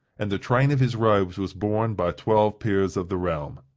and the train of his robes was borne by twelve peers of the realm.